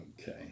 Okay